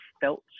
felt